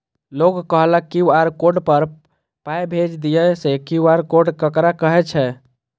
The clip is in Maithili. लोग कहलक क्यू.आर कोड पर पाय भेज दियौ से क्यू.आर कोड ककरा कहै छै?